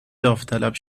داوطلب